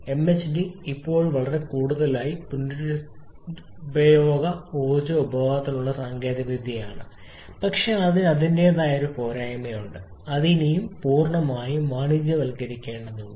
MHD ഇപ്പോഴും വളരെ വളരെ കൂടുതലാണ് പുനരുപയോഗ ഊർജ്ജ ഉൽപാദനത്തിനുള്ള സാങ്കേതികവിദ്യ പക്ഷേ അതിന് അതിന്റേതായ ഒരു പോരായ്മയുണ്ട് അത് ഇനിയും പൂർണ്ണമായും വാണിജ്യവൽക്കരിക്കേണ്ടതുണ്ട്